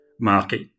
market